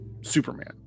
Superman